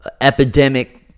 epidemic